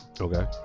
Okay